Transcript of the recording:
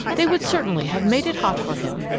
they would certainly have made it hot for him.